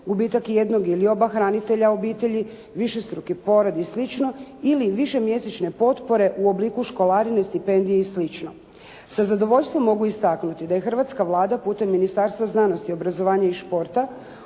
gubitak jednog ili oba hranitelja obitelji, višestruki porod i slično, ili višemjesečne potpore u obliku školarine, stipendije i slično. Sa zadovoljstvom mogu istaknuti da je hrvatska Vlada putem Ministarstva znanosti, obrazovanja i športa